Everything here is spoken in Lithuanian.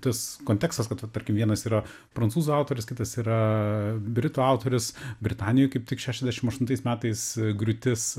tas kontekstas kad va tarkim vienas yra prancūzų autorius kitas yra britų autorius britanijoj kaip tik šešiasdešim aštuntais metais griūtis